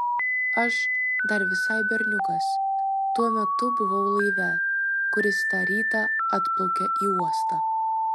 aš dar visai berniukas tuo metu buvau laive kuris tą rytą atplaukė į uostą